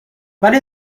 ولی